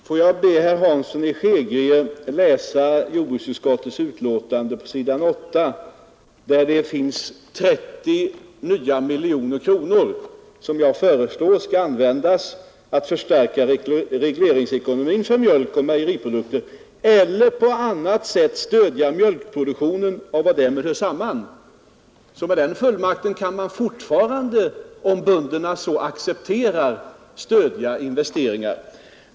Fru talman! Får jag be herr Hansson i Skegrie läsa på s.8 i jordbruksutskottets betänkande, där det talas om 30 nya miljoner kronor som jag föreslår skall användas att förstärka regleringsekonomin för mjölk och mejeriprodukter eller på annat sätt stöda mjölkproduktionen och vad därmed hör samman. Med den fullmakten kan man fortfarande, om bönderna så accepterar, stöda investeringar.